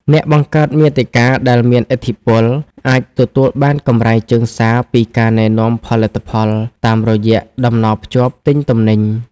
អ្នកបង្កើតមាតិកាដែលមានឥទ្ធិពល អាចទទួលបានកម្រៃជើងសារពីការណែនាំផលិតផល តាមរយៈតំណភ្ជាប់ទិញទំនិញ។